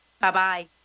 Bye-bye